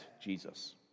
Jesus